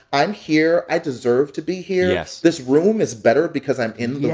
i'm here. i deserve to be here. yes. this room is better because i'm in the